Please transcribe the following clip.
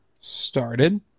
started